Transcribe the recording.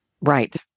Right